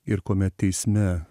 ir kuomet teisme